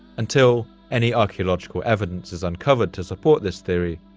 until any archaeological evidence is uncovered to support this theory,